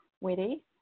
witty